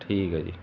ਠੀਕ ਹੈ ਜੀ